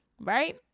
Right